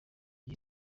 cyo